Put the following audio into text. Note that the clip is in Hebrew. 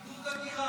עידוד הגירה.